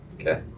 Okay